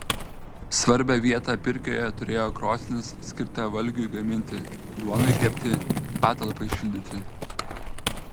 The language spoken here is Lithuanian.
svarbią vietą pirkioje turėjo krosnis skirta valgiui gaminti duonai kepti patalpai šildyti